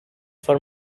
for